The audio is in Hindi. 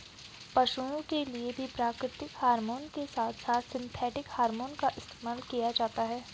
पशुओं के लिए भी प्राकृतिक हॉरमोन के साथ साथ सिंथेटिक हॉरमोन का इस्तेमाल किया जाता है